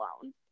alone